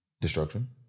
destruction